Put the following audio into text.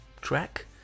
track